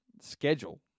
schedule